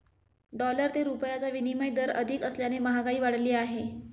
dollar ते रुपयाचा विनिमय दर अधिक असल्याने महागाई वाढली आहे